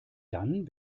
dann